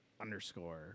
underscore